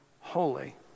holy